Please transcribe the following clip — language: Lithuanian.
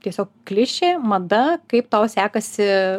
tiesiog klišė mada kaip tau sekasi